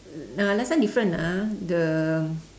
uh last time different lah the